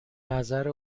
نظر